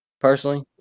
Personally